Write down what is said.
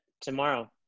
tomorrow